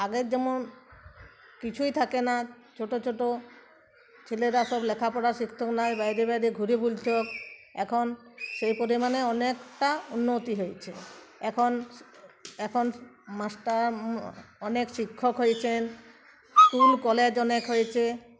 আগের যেমন কিছুই থাকে না ছোটো ছোটো ছেলেরা সব লেখাপড়া শিখতো নাই বাইরে বাইরে ঘুরে বেড়াতো এখন সেই পরিমাণে অনেকটা উন্নতি হয়েছে এখন এখন মাস্টার অনেক শিক্ষক হয়েছেন স্কুল কলেজ অনেক হয়েছে